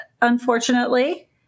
unfortunately